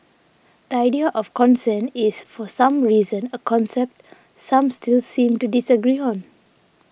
the idea of consent is for some reason a concept some still seem to disagree on